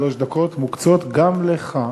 שלוש דקות מוקצות גם לך.